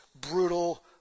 brutal